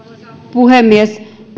puhemies